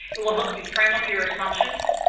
it will help you frame up your assumptions.